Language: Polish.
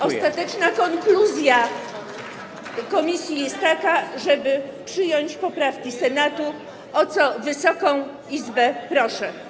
Ostateczna konkluzja komisji jest taka, żeby przyjąć poprawki Senatu, o co Wysoką Izbę proszę.